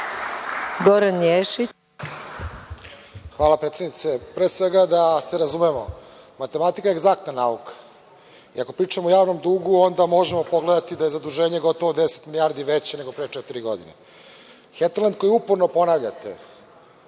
**Goran Ješić** Hvala, predsednice. Pre svega da se razumemo, matematika je egzaktna nauka i ako pričamo o glavnom dugu, onda možemo pogledati da je zaduženje gotovo deset milijardi veće nego pre četiri godine. Heterlend koji uporno ponavljate